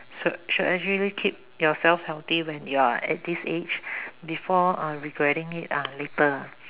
should should actually keep yourself healthy from you're at this age before uh regretting it uh later